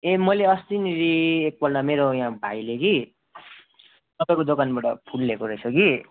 ए मैले अस्तिनिर एकपल्ट मेरो यहाँ भाइले कि तपाईँको दोकानबाट फुल ल्याएको रहेछ कि